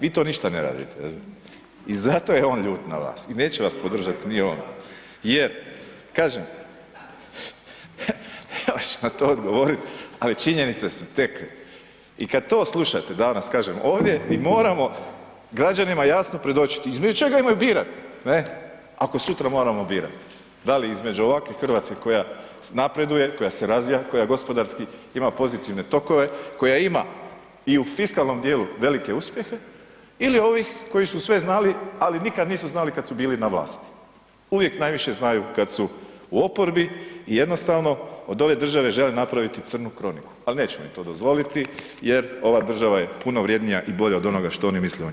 Vi to ništa ne radite i zato je on ljut na vas i neće vas podržati ni on jer kažem ja ću na to odgovoriti, ali činjenice su i kad to slušate danas kažem ovdje mi moramo građanima jasno predočit između čega imaju birat ne ako sutra moramo birat, da li između ovakve RH koja napreduje, koja se razvija, koja gospodarski ima pozitivne tokove, koja ima i u fiskalnom dijelu velike uspjehe ili ovih koji su sve znali, ali nikad nisu znali kad su bili na vlasti, uvijek najviše znaju kad su u oporbi i jednostavno od ove države žele napraviti crnu kroniku, al nećemo im to dozvoliti jer ova država je puno vrjednija i bolja od onoga što oni misle o njoj.